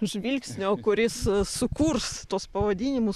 žvilgsnio kuris sukurs tuos pavadinimus